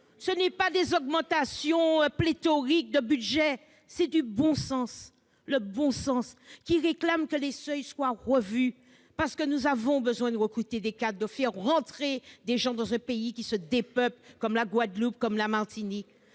non pas des augmentations pléthoriques de budget, mais du bon sens ! C'est le bon sens, en effet, qui réclame que les seuils soient revus, parce que nous avons besoin de recruter des cadres et de faire rentrer des gens dans des pays qui se dépeuplent, comme la Guadeloupe ou la Martinique.